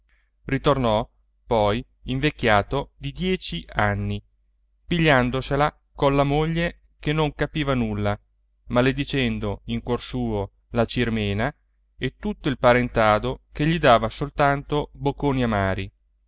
ritornò poi invecchiato di dieci anni pigliandosela colla moglie che non capiva nulla maledicendo in cuor suo la cirmena e tutto il parentado che gli dava soltanto bocconi amari